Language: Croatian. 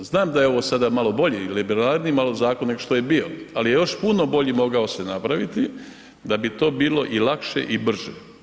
Znam da je ovo sada malo bolje i liberalnije malo zakon nego što je bio ali je još puno bolje mogao se napraviti da bi to bilo i lakše i brže.